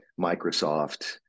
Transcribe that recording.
Microsoft